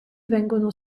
vengono